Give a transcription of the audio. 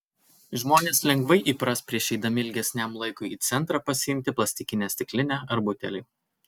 žmonės lengvai įpras prieš eidami ilgesniam laikui į centrą pasiimti plastikinę stiklinę ar butelį